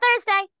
Thursday